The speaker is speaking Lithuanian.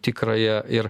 tikrąją ir